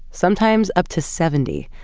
sometimes up to seventy.